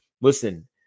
Listen